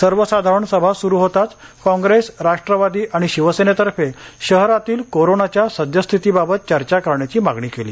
सर्वसाधारण सभा सुरू होताच काँग्रेस राष्ट्रवादी आणि शिवसेनेतर्फे शहरातील कोरोनाच्या सद्यस्थितीबाबत चर्चा करण्याची मागणी केली